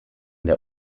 der